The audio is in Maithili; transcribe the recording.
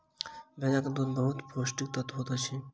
भेड़क दूध में बहुत पौष्टिक तत्व होइत अछि